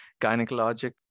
gynecologic